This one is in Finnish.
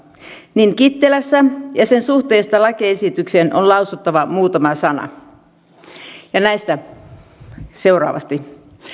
niin kittilästä ja sen suhteesta lakiesitykseen on lausuttava muutama sana näistä seuraavasti